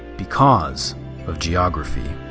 because of geography.